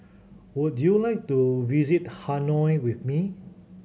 would you like to visit Hanoi with me